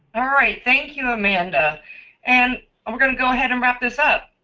all right thank you, amanda and um we're gonna go ahead and wrap this up.